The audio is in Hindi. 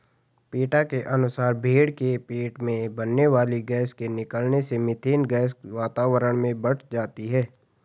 पेटा के अनुसार भेंड़ के पेट में बनने वाली गैस के निकलने से मिथेन गैस वातावरण में बढ़ जाती है